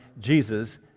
Jesus